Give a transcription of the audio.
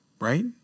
right